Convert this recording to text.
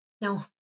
No